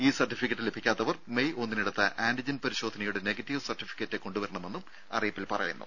ഈ സർട്ടിഫിക്കറ്റ് ലഭിക്കാത്തവർ മെയ് ഒന്നിനെടുത്ത ആന്റിജൻ പരിശോധനയുടെ നെഗറ്റീവ് സർട്ടിഫിക്കറ്റ് കൊണ്ടുവരണമെന്നും അറിയിപ്പിൽ പറയുന്നു